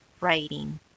writing